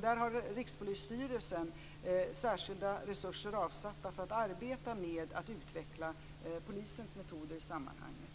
Där har Rikspolisstyrelsen särskilda resurser avsatta för att arbeta med att utveckla polisens metoder i sammanhanget.